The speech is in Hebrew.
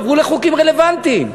עברו לחוקים רלוונטיים.